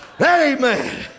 Amen